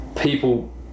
people